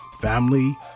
family